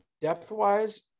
depth-wise